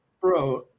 bro